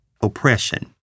oppression